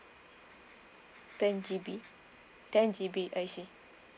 ten G_B ten G_B I see